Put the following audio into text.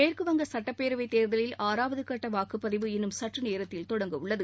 மேற்கு வங்க சட்டபேரவை தேர்தலில் ஆறாவது கட்ட வாக்குப்பதிவு இன்னும் சற்றுநேரத்தில் தொடங்கவுள்ளது